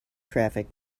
traffic